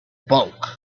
bulk